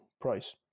price